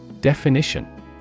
Definition